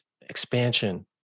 expansion